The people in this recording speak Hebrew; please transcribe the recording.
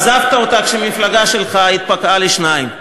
עזבת אותה כשהמפלגה שלך התפקעה לשניים.